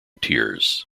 tiers